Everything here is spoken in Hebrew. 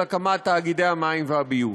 של הקמת תאגידי המים והביוב?